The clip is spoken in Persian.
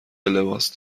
لباس